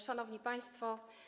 Szanowni Państwo!